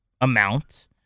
amount